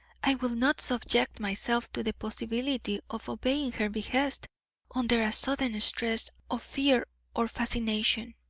i will not subject myself to the possibility of obeying her behest under a sudden stress of fear or fascination,